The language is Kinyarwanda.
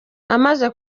amaze